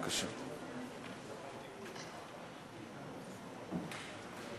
על הצעת חוק הסדרת העיסוק במקצועות הבריאות (תיקון מס' 4 הוראת